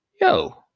Yo